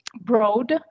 broad